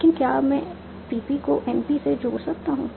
लेकिन क्या अब मैं PP को NP से जोड़ सकता हूं